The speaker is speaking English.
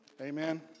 Amen